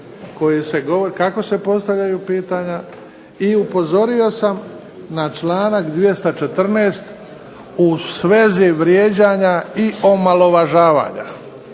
kako se postavljaju pitanja i upozorio sam na članak 214. u svezi vrijeđanja i omalovažavanja.